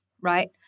right